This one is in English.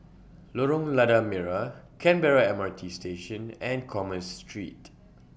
Lorong Lada Merah Canberra M R T Station and Commerce Street